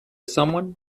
someone